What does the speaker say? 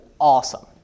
awesome